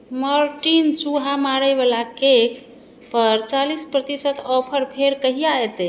Mortein चूहा मारयवला केकपर चालीस प्रतिशत ऑफर फेर कहिया एतै